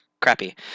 crappy